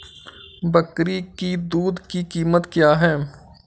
बकरी की दूध की कीमत क्या है?